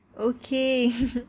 Okay